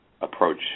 approach